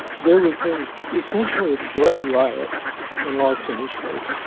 there was essentially a bread riot in los angeles.